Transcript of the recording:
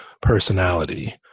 personality